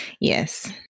Yes